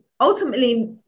ultimately